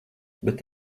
bet